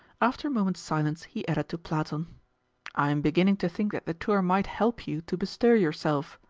after a moment's silence he added to platon i am beginning to think that the tour might help you to bestir yourself.